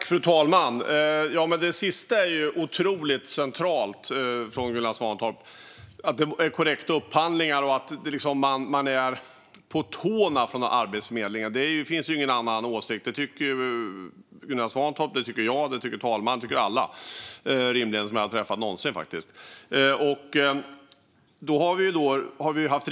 Fru talman! Det sista Gunilla Svantorp nämnde är otroligt centralt, att upphandlingarna är korrekta och att man är på tårna från Arbetsförmedlingen. Det finns ingen annan åsikt. Det tycker Gunilla Svantorp, det tycker jag, det tycker talmannen och det tycker rimligen alla som jag någonsin har träffat.